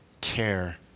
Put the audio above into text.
care